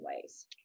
ways